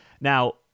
Now